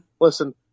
listen